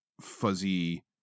fuzzy